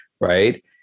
Right